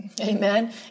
Amen